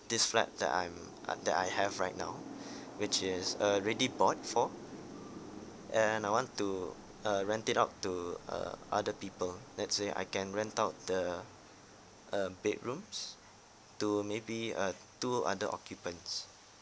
this flat that I'm uh that I have right now which is a ready board for and I want to uh rent it out to uh other people let's say I can rent out the a bedrooms to maybe uh two other occupants